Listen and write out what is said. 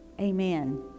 Amen